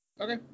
Okay